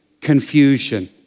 confusion